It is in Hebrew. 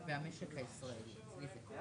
ומועצה אזורית מגילות 25 מיליון שקלים